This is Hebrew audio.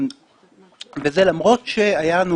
זה למרות שהיו לנו